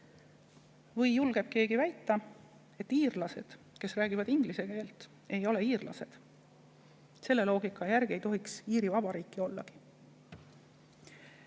Või julgeb keegi väita, et iirlased, kes räägivad inglise keelt, ei ole iirlased? Selle loogika järgi ei tohiks Iiri Vabariiki ollagi.